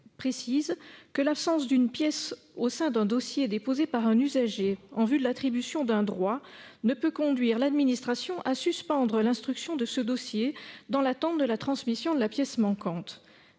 précise que « l'absence d'une pièce au sein d'un dossier déposé par un usager en vue de l'attribution d'un droit ne peut conduire l'administration à suspendre l'instruction de ce dossier dans l'attente de la transmission de la pièce manquante